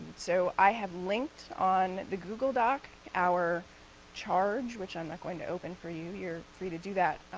so i have linked on the google doc our charge, which i'm not going to open for you, you're free to do that.